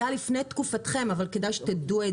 זה היה לפני תקופתכם אבל כדאי שתדעו את